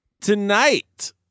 Tonight